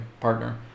partner